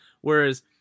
Whereas